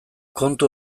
kontu